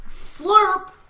slurp